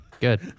Good